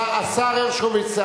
השר הרשקוביץ,